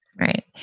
Right